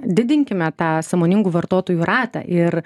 didinkime tą sąmoningų vartotojų ratą ir